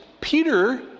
Peter